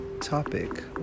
topic